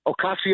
Ocasio